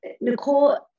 Nicole